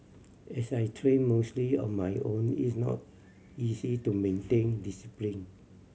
as I train mostly on my own is not easy to maintain discipline